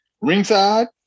ringside